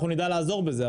אנחנו נדע לעזור בזה.